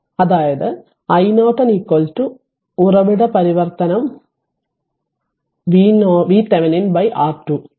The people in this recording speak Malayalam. അതായത് iNorton ഉറവിട പരിവർത്തനം VThevenin R2